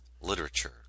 Literature